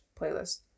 playlist